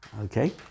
Okay